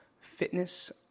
Fitness